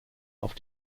auf